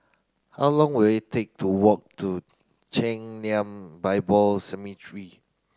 how long will it take to walk to Chen Lien Bible Seminary